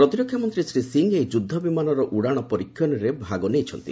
ପ୍ରତିରକ୍ଷା ମନ୍ତ୍ରୀ ଶ୍ରୀ ସିଂହ ଏହି ଯୁଦ୍ଧ ବିମାନର ଉଡ଼ାଣ ପରୀକ୍ଷଣରେ ଭାଗ ନେଇଛନ୍ତି